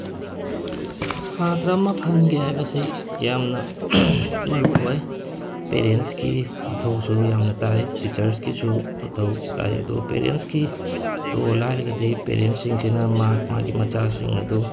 ꯁꯥꯇ꯭ꯔ ꯑꯃ ꯐꯍꯟꯒꯦ ꯍꯥꯏꯕꯁꯤ ꯌꯥꯝꯅ ꯃꯔꯨ ꯑꯣꯏ ꯄꯦꯔꯦꯟꯁꯀꯤ ꯃꯊꯧꯁꯨ ꯌꯥꯝꯅ ꯇꯥꯏ ꯇꯤꯆꯔꯁꯀꯤꯁꯨ ꯃꯊꯧ ꯇꯥꯏ ꯑꯗꯣ ꯄꯦꯔꯦꯟꯁꯀꯤ ꯔꯣꯜ ꯍꯥꯏꯔꯒꯗꯤ ꯄꯦꯔꯦꯟꯁꯁꯤꯡꯁꯤꯅ ꯃꯍꯥꯛ ꯃꯥꯒꯤ ꯃꯆꯥꯁꯤꯡ ꯑꯗꯨ